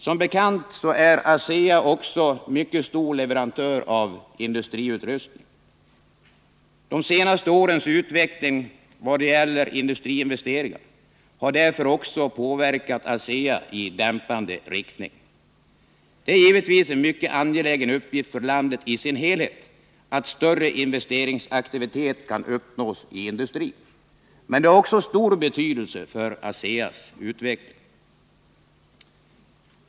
Som bekant är ASEA också mycket stor leverantör av industriutrustning. De senaste årens utveckling vad gäller industriinvesteringar har därför också påverkat ASEA i dämpande riktning. Det är givetvis en mycket angelägen uppgift för landet i dess helhet att större investeringsaktivitet kan uppnås i industrin, men det har också stor betydelse för ASEA:s utveckling.